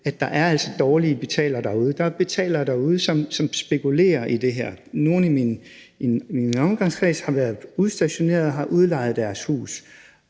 altså er dårlige betalere derude. Der er betalere derude, som spekulerer i det her. Nogle i min omgangskreds har været udstationeret og har udlejet deres hus